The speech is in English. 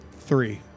three